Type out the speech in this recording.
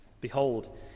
Behold